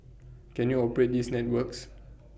can you operate these networks